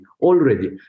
already